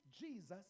Jesus